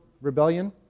rebellion